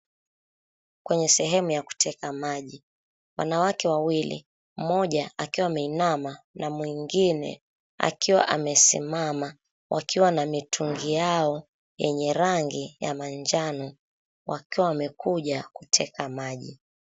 Kwenye sehemu ya kuteka maji, wanawake wawili, mmoja akiwa ameinama na mwingine akiwa amesimama wakiwa na mitungi yao yenye rangi ya manjano wakiwa wamekuja kuteka maji.